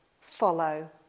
follow